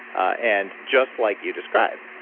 and just like you described,